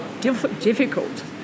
difficult